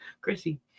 Chrissy